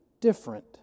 different